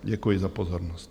Děkuji za pozornost.